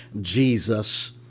Jesus